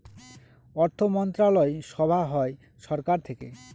অর্থমন্ত্রণালয় সভা হয় সরকার থেকে